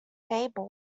table